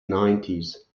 nineties